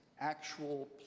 actual